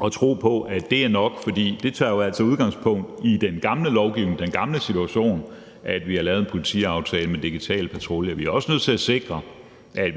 og tro på, at det er nok, fordi det tager jo altså udgangspunkt i den gamle lovgivning, den gamle situation, at vi har lavet en politiaftale med digitale patruljer. Vi er også nødt til at sikre, hvis